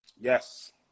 Yes